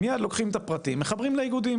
מיד לוקחים את הפרטים, מחברים לאיגודים.